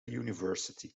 university